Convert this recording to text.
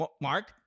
Mark